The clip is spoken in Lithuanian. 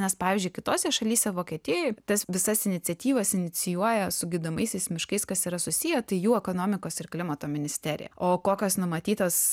nes pavyzdžiui kitose šalyse vokietijoj tas visas iniciatyvas inicijuoja su gydomaisiais miškais kas yra susiję tai jų ekonomikos ir klimato ministerija o kokios numatytos